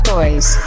Toys